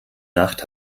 nacht